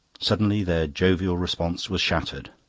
suddenly their jovial repose was shattered.